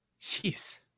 Jeez